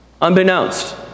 unbeknownst